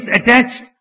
attached